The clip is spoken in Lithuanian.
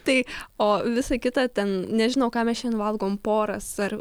tai o visa kita ten nežinau ką mes šiandien valgom poras ar